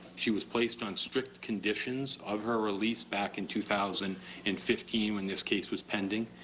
she was placed on strict conditions of her release back in two thousand and fifteen when this case was pending.